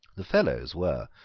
the fellows were,